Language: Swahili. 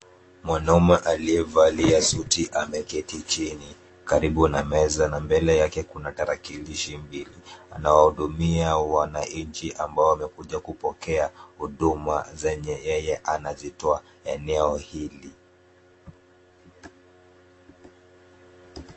Mwanaume aliyevalia suti ameketi chini karibu na meza na mbele yake kuna tarakilishi mbili. Anawahudumia wananchi ambao wamekuja kupokea huduma zenye yeye anazitoa eneo hili.